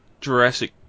Jurassic